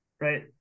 right